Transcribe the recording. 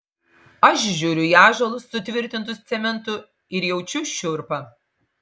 aš žiūriu į ąžuolus sutvirtintus cementu ir jaučiu šiurpą